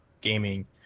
gaming